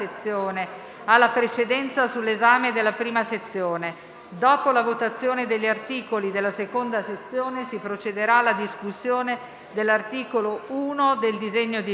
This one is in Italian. ha la precedenza sull'esame della prima sezione. Dopo la votazione degli articoli della seconda sezione, si procederà alla discussione dell'articolo 1 del disegno di legge.